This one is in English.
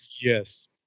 Yes